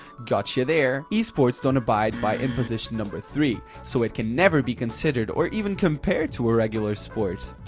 gotcha there! esports don't abide by imposition number three, so it can never be considered or even compared to a regular sport.